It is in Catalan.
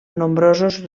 nombrosos